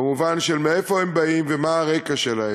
במובן של מאיפה הם באים ומה הרקע שלהם.